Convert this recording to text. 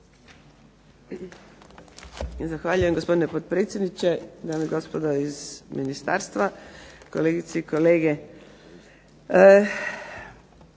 Zahvaljujem, gospodine potpredsjedniče. Dame i gospodo iz ministarstva, kolegice i kolege.